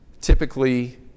typically